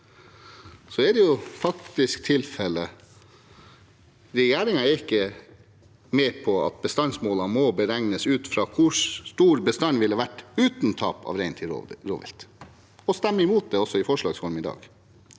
er det faktisk tilfellet: Regjeringen er ikke med på at bestandsmålene må beregnes ut fra hvor stor bestanden ville vært uten tap av rein til rovvilt. Man stemmer også imot det i forslags form i dag.